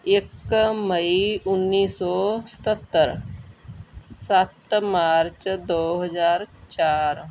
ਇੱਕ ਮਈ ਉੱਨੀ ਸੌ ਸਤੱਤਰ ਸੱਤ ਮਾਰਚ ਦੋ ਹਜ਼ਾਰ ਚਾਰ